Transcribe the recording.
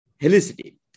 helicity